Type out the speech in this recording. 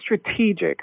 strategic